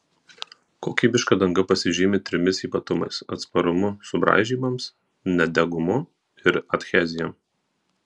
kokybiška danga pasižymi trimis ypatumais atsparumu subraižymams nedegumu ir adhezija